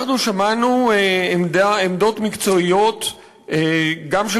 אנחנו שמענו עמדות מקצועיות גם של